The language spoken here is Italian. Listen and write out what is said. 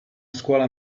scuola